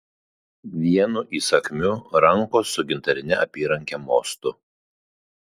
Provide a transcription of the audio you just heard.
vienu įsakmiu rankos su gintarine apyranke mostu